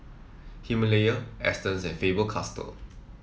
Himalaya Astons and Faber Castell